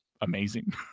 amazing